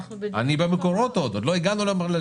אני במקורות עוד, עוד לא הגענו לשימושים.